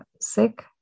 sick